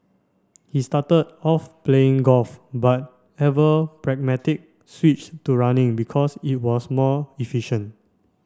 he started off playing golf but ever pragmatic switched to running because it was more efficient